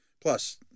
Plus